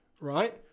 right